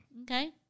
Okay